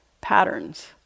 patterns